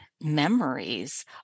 memories